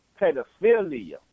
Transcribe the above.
pedophilia